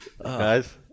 guys